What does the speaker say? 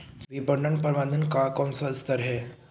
विपणन प्रबंधन का कौन सा स्तर है?